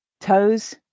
Toes